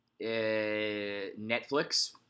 Netflix